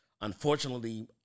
Unfortunately